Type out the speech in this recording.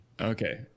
Okay